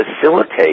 facilitate